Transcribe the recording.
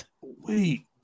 Wait